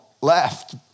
left